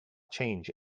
change